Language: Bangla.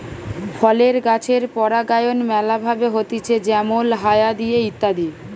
ফলের গাছের পরাগায়ন ম্যালা ভাবে হতিছে যেমল হায়া দিয়ে ইত্যাদি